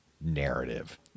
narrative